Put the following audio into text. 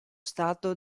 stato